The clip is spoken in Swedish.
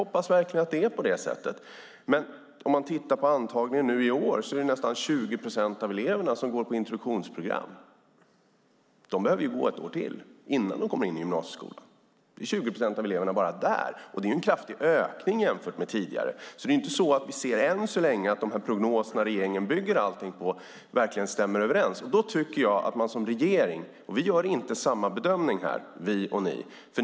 Jag hoppas verkligen att det är på det sättet, men om vi tittar på antagningen nu i år ser vi att nästan 20 procent av eleverna går på introduktionsprogram. De behöver gå ett år till innan de kommer in i gymnasieskolan. Det är 20 procent av eleverna bara där, och det är en kraftig ökning jämfört med tidigare. Det är alltså inte så att vi än så länge ser att de prognoser regeringen bygger allting på verkligen stämmer överens. Vi gör inte samma bedömning som ni.